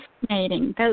fascinating